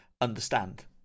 understand